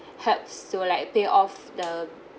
helps to like pay off the